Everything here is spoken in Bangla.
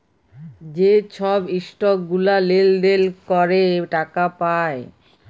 যে ছব ইসটক গুলা লেলদেল ক্যরে টাকা পায়